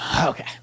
Okay